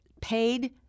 paid